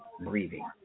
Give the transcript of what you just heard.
breathing